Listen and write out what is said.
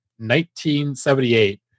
1978